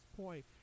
point